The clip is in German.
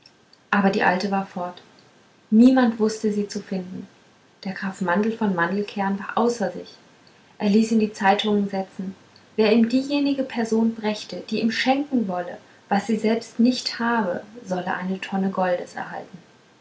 aber die alte war fort niemand mußte sie zu finden der graf mandel von mandelkern war außer sich er ließ in die zeitungen setzen wer ihm diejenige person brächte die ihm schenken wolle was sie selbst nicht habe solle eine tonne goldes erhalten